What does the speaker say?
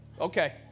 Okay